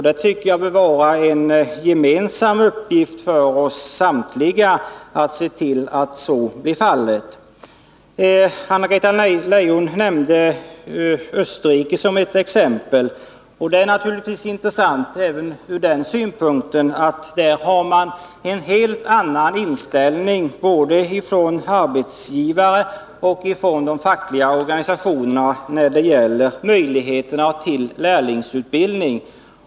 Det bör vara en gemensam uppgift för oss att se till att så blir fallet. Anna-Greta Leijon nämnde Österrike som ett exempel. Det är intressant även ur den synpunkten att man där har en helt annan inställning, både från arbetsgivare och från fackliga organisationer, när det gäller möjligheterna till lärlingsutbildning.